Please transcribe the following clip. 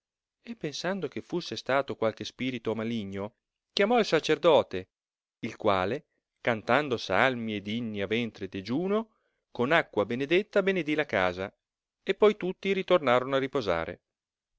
e pensando che fusse stato qualche spirito maligno chiamò il sacerdote il quale cantando salmi ed inni a ventre degiuno con acqua benedetta benedi la casa e poi tutti ritornarono a riposare